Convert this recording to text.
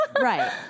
right